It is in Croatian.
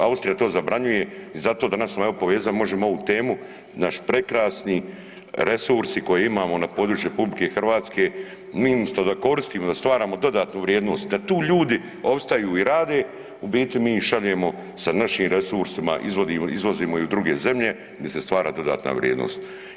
Austrija to zabranjuje i zato danas evo sam povezao možemo ovu temu naš prekrasni resursi koje imamo na području RH mi umjesto da to koristimo, da stvaramo dodatnu vrijednost, da tu ljudi opstaju i rade u biti mi ih šaljemo sa našim resursima, izvozimo i u druge zemlje gdje se stvara dodatna vrijednost.